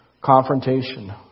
Confrontation